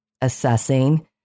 assessing